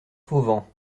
fauvent